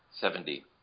Seventy